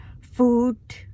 food